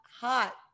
hot